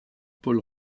paul